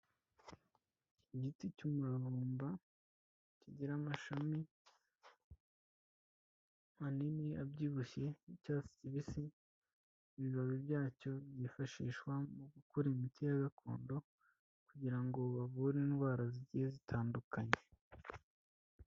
Igiti cy'umururumba kigira amashami manini abyibushye y'icyatsi kibisi, ibibabi byacyo byifashishwa mu gukora imiti ya gakondo kugira ngo avure indwara zigiye zitandukanye.